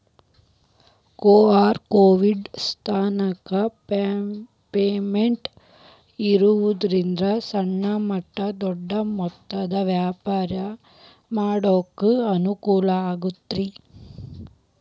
QR code scan payment ಇರೋದ್ರಿಂದ ಸಣ್ಣ ಮಟ್ಟ ದೊಡ್ಡ ಮೊತ್ತದ ವ್ಯಾಪಾರ ಮಾಡಾಕ ಅನುಕೂಲ ಆಗೈತಿ